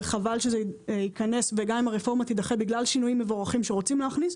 וחבל שזה ייכנס וגם הרפורמה תידחה בגלל שינויים מבורכים שרוצים להכניס.